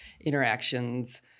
interactions